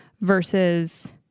versus